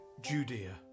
Judea